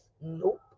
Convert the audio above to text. nope